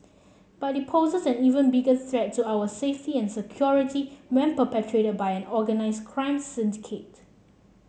but it poses an even bigger threat to our safety and security when perpetrated by an organised crime syndicate